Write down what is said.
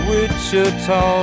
Wichita